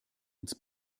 uns